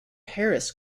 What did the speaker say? harris